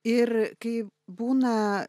ir kai būna